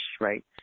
right